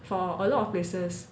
for a lot of places